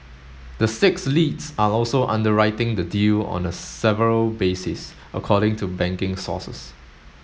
the six leads are also underwriting the deal on a several basis according to banking sources